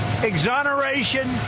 exoneration